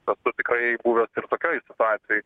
esu tikrai buvęs ir tokioj situacijoj